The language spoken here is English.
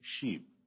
sheep